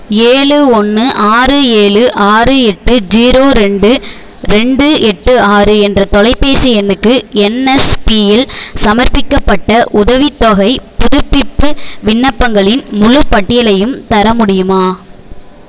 ஏழு ஒன்று ஆறு ஏழு ஆறு எட்டு ஜீரோ ரெண்டு ரெண்டு எட்டு ஆறு என்ற தொலைபேசி எண்ணுக்கு என்எஸ்பியில் சமர்ப்பிக்கப்பட்ட உதவித்தொகைப் புதுப்பிப்பு விண்ணப்பங்களின் முழுப் பட்டியலையும் தர முடியுமா